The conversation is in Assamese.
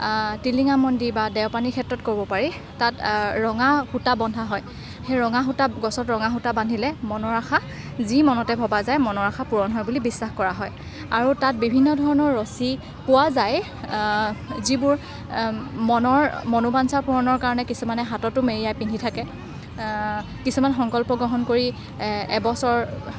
টিলিঙা মন্দিৰ বা দেওপানী মন্দিৰৰ ক্ষেত্ৰত ক'ব পাৰি তাত ৰঙা সূতা বন্ধা হয় ৰঙাৰ সূতা সেই গছত ৰঙা সূতা বান্ধিলে মনৰ আশা যি মনতে ভবা যায় মনৰ আশা পূৰণ হয় বুলি বিশ্বাস কৰা হয় আৰু তাত বিভিন্ন ধৰণৰ ৰছী পোৱা যায় যিবোৰ মনৰ মনোবাঞ্ছা পূৰণৰ কাৰণে কিছুমানে হাততো মেৰিয়াই পিন্ধি থাকে কিছুমান সংকল্প গ্ৰহণ কৰি এবছৰ